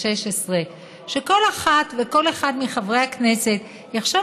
16. שכל אחד וכל אחת מחברי הכנסת יחשוב,